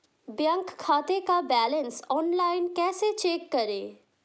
Bank खाते का balance online कैसे चेक करें?